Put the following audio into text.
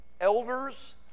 Elders